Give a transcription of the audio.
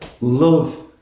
love